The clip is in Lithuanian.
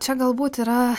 čia galbūt yra